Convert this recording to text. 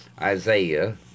Isaiah